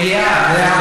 מליאה.